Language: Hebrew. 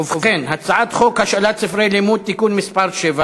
ובכן, הצעת חוק השאלת ספרי לימוד (תיקון מס' 7),